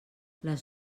les